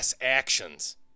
actions